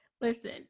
listen